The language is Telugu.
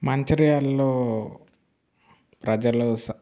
మంచిర్యాలలో ప్రజలు స